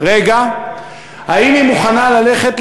האם היא מוכנה ללכת,